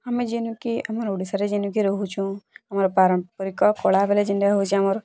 ଆମେ ଯେନୁକେ ଆମର୍ ଓଡ଼ିଶାରେ ଯେନୁକେ ରହୁଛୁଁ ଆମର ପାରମ୍ପରିକ କଳା ବୋଲେ ଯେନ୍ଟାକି ହେଉଛି ଆମର୍